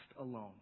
alone